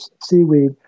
seaweed